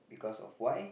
because of why